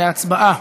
להצבעה.